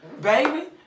Baby